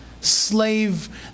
slave